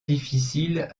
difficile